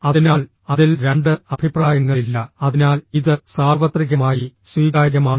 അതിനാൽ അതിൽ രണ്ട് അഭിപ്രായങ്ങളില്ല അതിനാൽ ഇത് സാർവത്രികമായി സ്വീകാര്യമാണ്